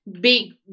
big